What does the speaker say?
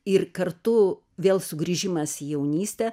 ir kartu vėl sugrįžimas į jaunystę